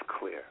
clear